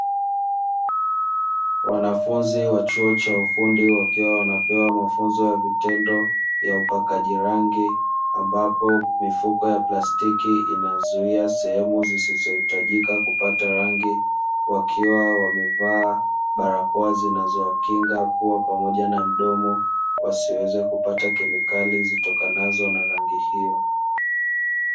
Wanafunzi wa chuo cha ufundi, wakiwa wanapewa mafunzo ya vitendo ya upakaji rangi, ambapo mifuko ya plastiki inazuia sehemu zisizohitajika kupata rangi, wakiwa wamevaa barakoa zinazowakinga pua pamoja na mdomo, wasiweze kupata kemikali zitokanazo na rangi hiyo.